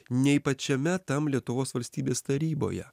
nei pačiame tam lietuvos valstybės taryboje